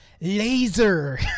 laser